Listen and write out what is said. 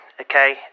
okay